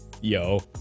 Yo